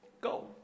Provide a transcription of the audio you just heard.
go